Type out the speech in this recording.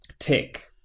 Tick